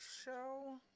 Show